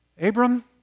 Abram